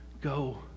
go